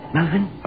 Melvin